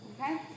okay